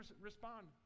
respond